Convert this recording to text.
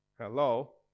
Hello